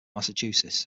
massachusetts